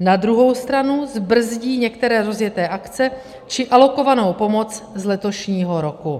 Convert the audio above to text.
na druhou stranu zbrzdí některé rozjeté akce či alokovanou pomoc z letošního roku.